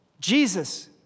Jesus